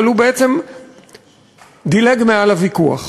אבל הוא בעצם דילג מעל הוויכוח.